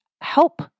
help